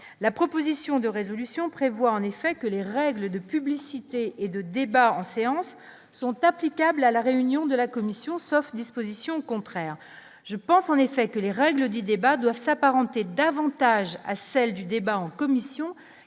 la proposition de résolution prévoit en effet que les règles de publicité et de débats en séance sont applicables à la réunion de la commission, sauf disposition contraire je pense en effet que les règles du débat doivent s'apparenter davantage à celle du débat en commission